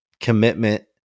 commitment